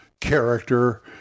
character